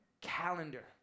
calendar